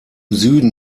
süden